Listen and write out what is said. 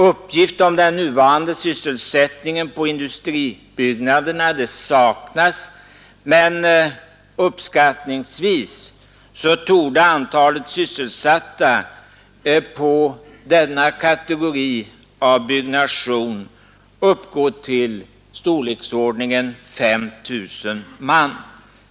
Uppgift om den nuvarande sysselsättningen på industribyggena saknas, men uppskattningsvis torde antalet sysselsatta på denna kategori av byggnation uppgå till storleksordningen 5 000 man.